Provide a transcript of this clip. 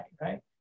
right